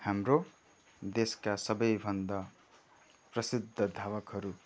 हाम्रो देशका सबैभन्दा प्रसिद्ध धावकहरू